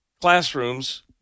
classrooms